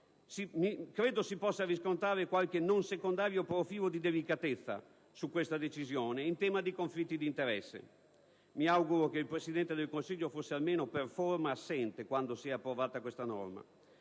credo si possa riscontrare qualche non secondario profilo di delicatezza su questa decisione in tema di conflitti di interesse (mi auguro che il Presidente del Consiglio fosse almeno per forma assente quando si è approvata questa norma),